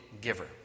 giver